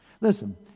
Listen